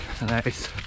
nice